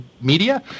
Media